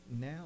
Now